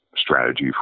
strategy